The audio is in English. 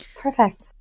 Perfect